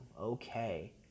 Okay